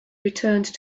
returned